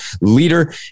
leader